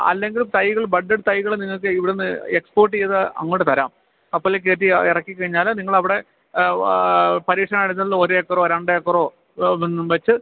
അല്ലെങ്കിൽ തൈകൾ ബഡ് തൈകൾ നിങ്ങൾക്ക് ഇവിടെ നിന്ന് എക്സ്പോട്ട് ചെയ്ത് അങ്ങോട്ടു തരാം കപ്പലിൽ കയറ്റി ഇറക്കിക്കഴിഞ്ഞാൽ നിങ്ങളവിടെ പരീക്ഷണഘട്ടത്തിൽ ഒരേക്കറോ രണ്ടേക്കറോ നിന്നും വെച്ച്